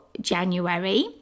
January